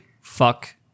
Fuck